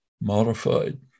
modified